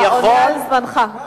אתה עונה על זמנך.